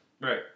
Right